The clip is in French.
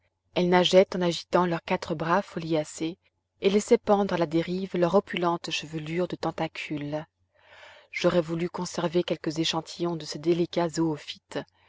elles nageaient en agitant leurs quatre bras foliacés et laissaient pendre à la dérive leur opulente chevelure de tentacules j'aurais voulu conserver quelques échantillons de ces délicats zoophytes